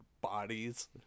bodies